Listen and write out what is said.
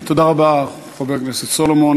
תודה רבה, חבר הכנסת סולומון.